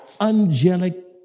angelic